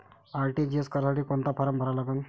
RTGS करासाठी कोंता form भरा लागन?